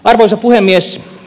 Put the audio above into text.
arvoisa puhemies